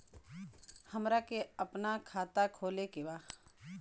हमरा के अपना खाता खोले के बा?